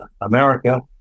America